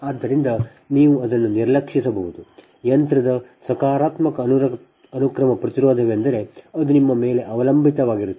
ಆದ್ದರಿಂದ ನೀವು ಅದನ್ನು ನಿರ್ಲಕ್ಷಿಸಬಹುದು ಯಂತ್ರದ ಸಕಾರಾತ್ಮಕ ಅನುಕ್ರಮ ಪ್ರತಿರೋಧವೆಂದರೆ ಅದು ನಿಮ್ಮ ಮೇಲೆ ಅವಲಂಬಿತವಾಗಿರುತ್ತದೆ